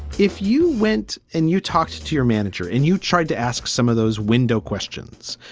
if you went and you talked to your manager and you tried to ask some of those window questions,